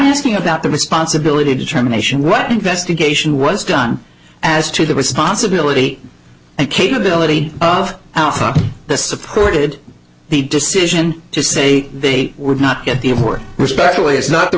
asking about the responsibility determination what investigation was done as to the responsibility and capability of the supported the decision to say they were not yet the more especially it's not the